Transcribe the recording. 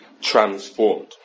transformed